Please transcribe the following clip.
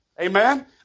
amen